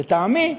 לטעמי,